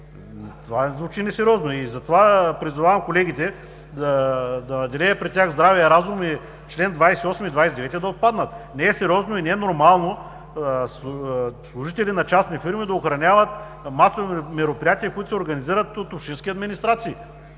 Това звучи несериозно! И затова призовавам колегите да надделее при тях здравия разум и членове 28 и 29 да отпаднат. Не е сериозно и не е нормално служители на частни фирми да охраняват масови мероприятия, които се организират от общински администрации.